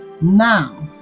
Now